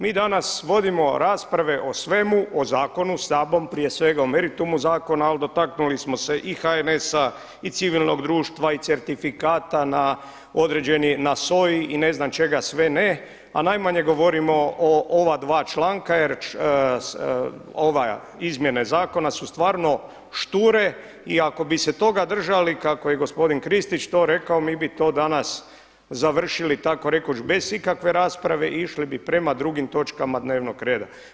Mi danas vodimo rasprave o svemu o zakonu samom prije svega o meritumu zakona, ali dotaknuli smo se i HNS-a i civilnog društva i certifikata određeni na SOA-i i ne znam čega sve ne, a najmanje govorimo o ova dva članka jer ove izmjene zakona su stvarno šture i ako bi se toga držali kako je gospodin Kristić to rekao mi bi to danas završili takorekuć bez ikakve rasprave i išli bi prema drugim točkama dnevnog reda.